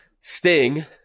Sting